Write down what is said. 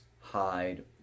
hide